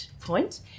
point